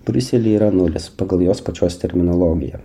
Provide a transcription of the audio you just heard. briuselyje yra nulis pagal jos pačios terminologiją